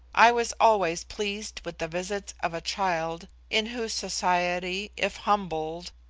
i was always pleased with the visits of a child, in whose society, if humbled,